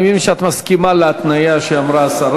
אני מבין שאת מסכימה להתניה שאמרה השרה.